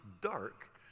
dark